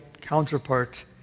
counterpart